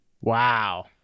Wow